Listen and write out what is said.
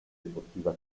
deportiva